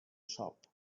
shop